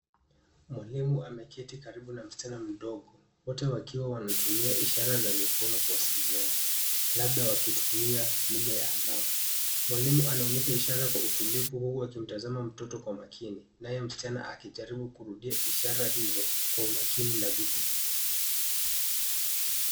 Mwalimu ameketi karibu na msichana mdogo, wote wakiwa wanatumia ishara za mikono kuwasiliana. Labda wakitumia lugha ya angama. Mwalimu anaonyesha ishara kwa utulivu huo akimtazama mtoto kwa makini, naye msichana akijaribu kurudia ishara hizo kwa umakini na bidii.